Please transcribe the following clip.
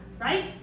Right